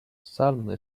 salmon